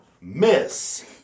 Miss